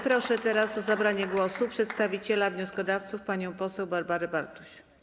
Proszę teraz o zabranie głosu przedstawiciela wnioskodawców panią poseł Barbarę Bartuś.